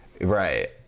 Right